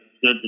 good